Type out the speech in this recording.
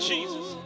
Jesus